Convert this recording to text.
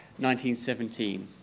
1917